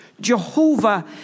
Jehovah